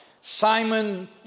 Simon